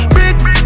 Bricks